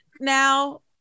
now